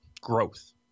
Growth